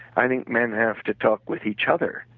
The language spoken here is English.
i mean men have to talk with each other.